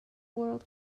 world